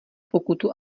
pokutu